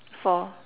four